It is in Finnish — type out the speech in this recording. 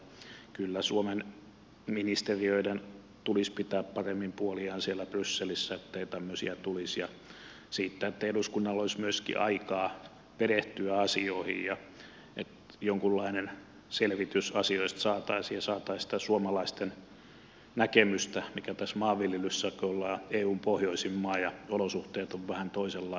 kyllä suomen ministeriöiden tulisi pitää paremmin puoliaan siellä brysselissä ettei tämmöisiä tulisi ja siitä että eduskunnalla olisi myöskin aikaa perehtyä asioihin ja jonkinlainen selvitys asioista saataisiin saataisiin sitä suomalaisten näkemystä mikä tässä maanviljelyssä on kun ollaan eun pohjoisin maa ja olosuhteet ovat vähän toisenlaiset täällä